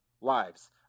lives